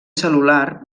cel·lular